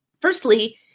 Firstly